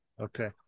Okay